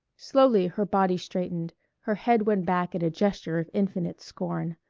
slowly her body straightened her head went back in a gesture of infinite scorn.